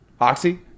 Oxy